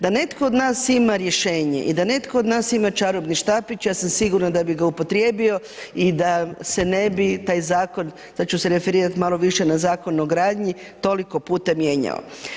Da netko od nas ima rješenje i da netko od nas ima čarobni štapić, ja sam sigurna da bi ga upotrijebio i da se ne bi taj zakon, sad ću se referirat malo više na Zakon o gradnji, toliko puta mijenjao.